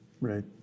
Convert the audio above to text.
Right